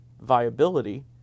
viability